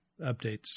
updates